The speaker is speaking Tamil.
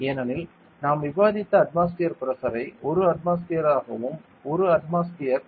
ஏனெனில் நாம் விவாதித்த அட்மாஸ்பியர் பிரஷரை 1 அட்மாஸ்பியர் ஆக பார்க்கவும் 1 அட்மாஸ்பியர்